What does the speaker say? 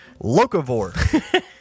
Locavore